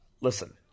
listen